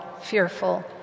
fearful